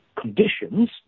conditions